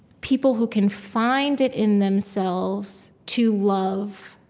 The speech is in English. people who can find it in themselves to love,